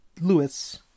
Lewis